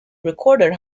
recorded